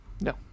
No